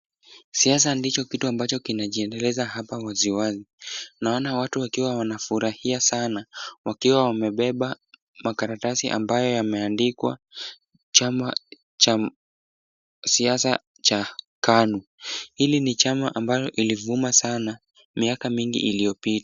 Siasa ndicho kitu ambacho kinajiendeleza hapa wazi wazi. Naona watu wakiwa wanafurahia sana wakiwa wamebeba makaratasi ambayo yameandikwa chama cha siasa cha KANU. Hili ni chama ambalo ilivuma sana miaka mingi iliyopita.